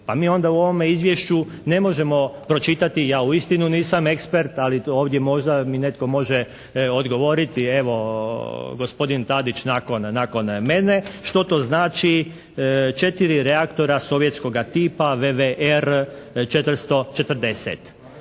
Pa mi onda u ovome izvješću ne možemo pročitati, ja uistinu nisam ekspert ali ovdje možda mi netko može odgovoriti. Evo, gospodin Tadić nakon mene, što to znači 4 reaktora sovjetskoga tipa VVR 440?